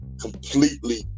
completely